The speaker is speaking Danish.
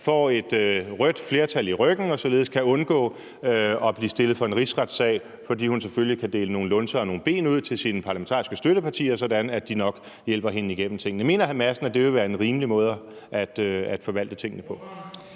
får et rødt flertal i ryggen og således kan undgå at blive stillet for en rigsret, fordi hun selvfølgelig kan dele nogle lunser og nogle ben ud til sine parlamentariske støttepartier, sådan at de nok hjælper hende igennem tingene? Mener hr. Christian Rabjerg Madsen, at det vil være en rimelig måde at forvalte tingene på?